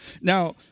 Now